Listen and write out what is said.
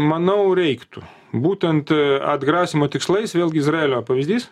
manau reiktų būtent atgrasymo tikslais vėlgi izraelio pavyzdys